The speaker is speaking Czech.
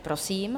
Prosím.